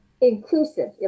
inclusive